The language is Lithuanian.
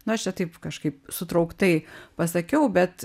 nu aš čia taip kažkaip sutrauktai pasakiau bet